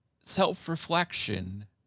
self-reflection